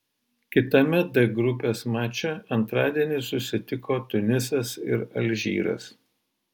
kitame d grupės mače antradienį susitiko tunisas ir alžyras